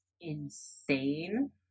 insane